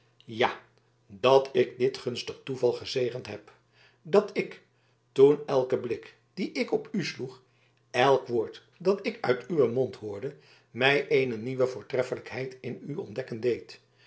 ja dat ik dit gunstig toeval gezegend heb dat ik toen elke blik dien ik op u sloeg elk woord dat ik uit uwen mond hoorde mij eene nieuwe voortreffelijkheid in u ontdekken deed